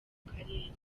karere